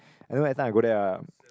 I know that time I go there ah ppo